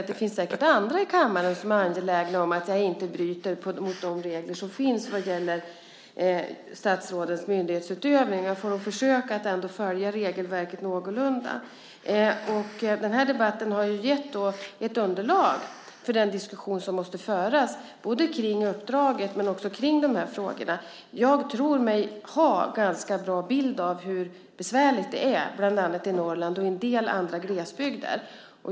Men det finns säkert andra i kammaren som är angelägna om att jag inte bryter mot de regler som finns vad gäller statsrådens myndighetsutövning. Jag får försöka att ändå följa regelverket någorlunda. Den här debatten har gett ett underlag till den diskussion som måste föras om Kriminalvårdens uppdrag och om de här frågorna. Jag tror att jag har en ganska bra bild av hur besvärligt det är i bland annat Norrland och en del andra glesbygder.